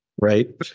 Right